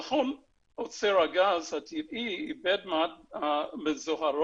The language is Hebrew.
נכון שאוצר הגז הטבעי איבד מעט מזוהרו,